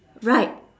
write